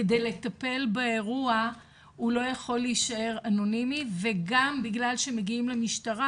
כדי לטפל באירוע הוא לא יכול להישאר אנונימי וגם בגלל שמגיעים למשטרה,